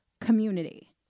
community